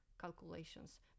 calculations